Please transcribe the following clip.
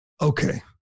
Okay